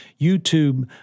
YouTube